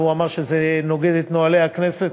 והוא אמר שזה נוגד את נוהלי הכנסת.